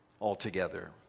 altogether